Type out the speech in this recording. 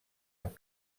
amb